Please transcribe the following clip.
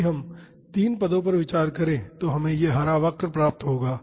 यदि हम तीन पदों पर विचार करें तो हमें यह हरा वक्र प्राप्त होगा